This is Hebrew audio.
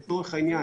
למשל,